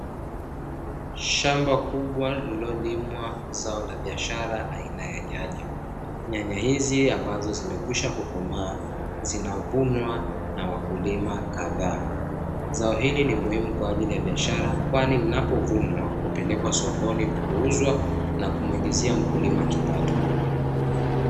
Shamba kubwa lililo limwa zao la biashara aina ya nyanya, nyanya hizi ambazo zimekwisha kukomaa zinavunwa na wakulima kadhaa, zao hili ni muhimu kwa ajili ya biashara kwani linapovunwa hupelekwa sokoni kuuzwa na kumuingizia mkulima kipato.